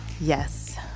Yes